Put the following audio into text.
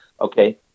okay